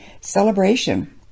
celebration